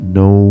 no